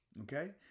Okay